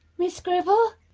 miss scruple.